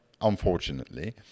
unfortunately